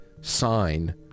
sign